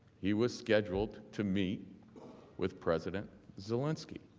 he was scheduled to meet with president zelensky.